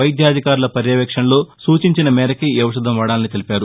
వైద్యాధికారుల పర్యవేక్షణలో సూచించిన మేరకే ఈ ఔషధం వాడాలని తెలిపారు